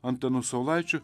antanu saulaičiu